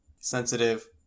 sensitive